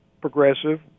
progressive